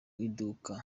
iduka